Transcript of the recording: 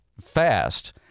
fast